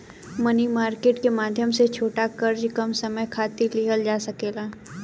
मनी market के माध्यम से छोट कर्जा कम समय खातिर लिहल जा सकेला